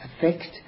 effect